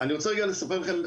רגע לספר לכם,